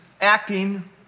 acting